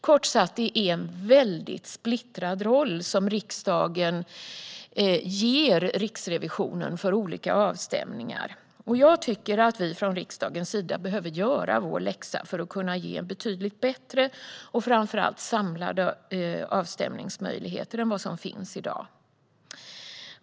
Det är kort sagt en mycket splittrad roll som riksdagen ger Riksrevisionen när det gäller att göra olika avstämningar. Jag tycker att vi från riksdagens sida behöver göra vår läxa för att kunna ge betydligt bättre och framför allt mer samlade avstämningsmöjligheter än vad som finns i dag.